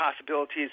possibilities